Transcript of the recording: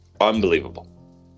unbelievable